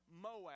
Moab